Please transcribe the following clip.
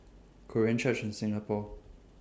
Korean Church in Singapore